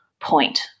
point